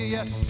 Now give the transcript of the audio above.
Yes